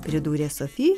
pridūrė sofi